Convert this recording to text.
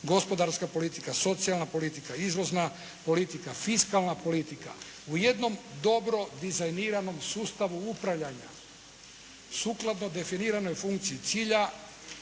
gospodarska politika, socijalna politika, izvozna politika, fiskalna politika u jednom dobro dizajniranom sustavu upravljanja sukladno definiranoj funkciji cilja